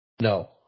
No